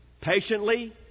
Patiently